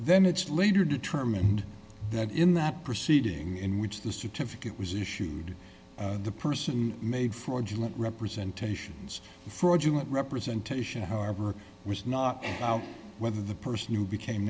then it's later determined that in that proceeding in which the certificate was issued the person made for joint representation fraudulent representation however was not whether the person who became